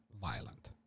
violent